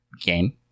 game